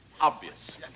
obvious